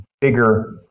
bigger